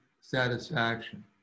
satisfaction